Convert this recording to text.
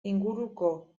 inguruko